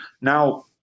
Now